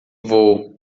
vou